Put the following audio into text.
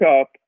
up